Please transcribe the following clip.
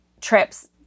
trips